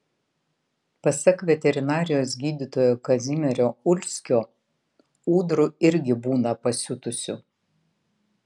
pasak veterinarijos gydytojo kazimiero ulskio ūdrų irgi būna pasiutusių